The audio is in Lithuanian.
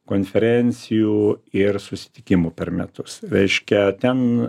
konferencijų ir susitikimų per metus reiškia ten